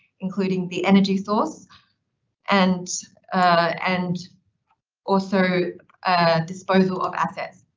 including the energy source and and also disposal of assets.